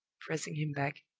pressing him back.